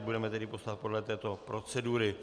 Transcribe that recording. Budeme tedy postupovat podle této procedury.